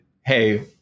hey